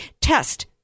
test